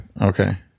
Okay